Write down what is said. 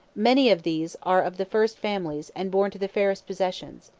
many of these are of the first families and born to the fairest possessions.